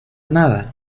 nada